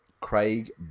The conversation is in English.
Craig